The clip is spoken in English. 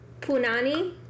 punani